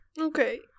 Okay